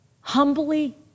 humbly